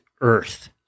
earth